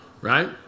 Right